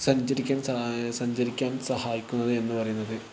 സഞ്ചരിക്കാന് സഹാ സഞ്ചരിക്കാന് സഹായിക്കുന്നത് എന്ന് പറയുന്നത്